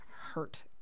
hurt